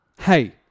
Hey